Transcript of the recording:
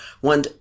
one